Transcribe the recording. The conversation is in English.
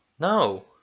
No